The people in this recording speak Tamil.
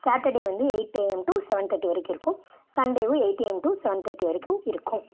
சாட்டர்டே வந்து எயிட் ஏஎம் டு சவன் தேட்டி வரைக்கும் இருக்கும் சண்டேவும் எயிட் ஏஎம் டு சவன் தேட்டி வரைக்கும் இருக்கும்